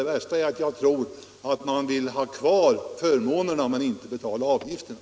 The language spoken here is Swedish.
Det värsta är att jag tror att man vill ha kvar förmånerna men inte betala avgifterna.